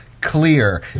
clear